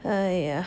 !aiya!